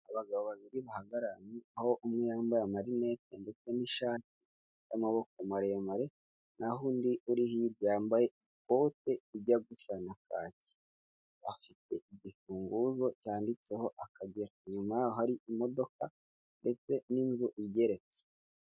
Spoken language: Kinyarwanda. Abagabo babiri bahagarara aho umwe yambaye amarinete ndetse n'ishati y'amaboko maremare, naho undi uri hirya yambaye ikote ijya gusana kaki, bafite igifunguzo cyanditseho akagera inyuma y'aho hari imodoka ndetse n'inzu igeretse.